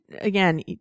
again